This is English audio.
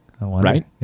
Right